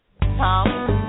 Tom